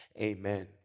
Amen